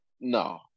no